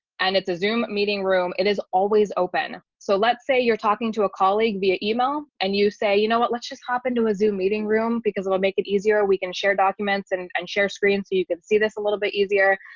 and it's a zoom meeting room, it is always open. so let's say you're talking to a colleague via email, and you say you know what, let's just hop into a zoom meeting room because it will make it easier. we can share documents and and share screen so you can see this a little bit easier.